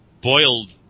boiled